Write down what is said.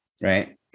Right